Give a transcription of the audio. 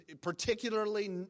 particularly